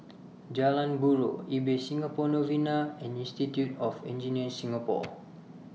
Jalan Buroh Ibis Singapore Novena and Institute of Engineers Singapore